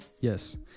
Yes